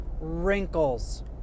wrinkles